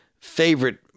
favorite